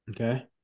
Okay